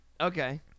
Okay